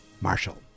Marshall